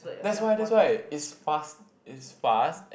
that's why that's why it's fast it's fast